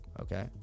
Okay